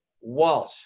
Walsh